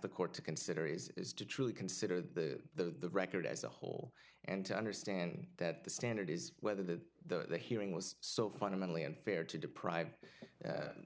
the court to consider is is to truly consider the record as a whole and to understand that the standard is whether the the hearing was so fundamentally unfair to deprive